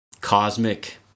cosmic